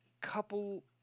couple